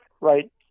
right